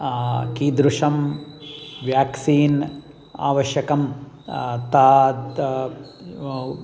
कीदृशं व्याक्सीन् आवश्यकं तत्